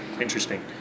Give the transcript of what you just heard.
interesting